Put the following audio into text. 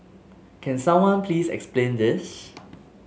can someone please explain this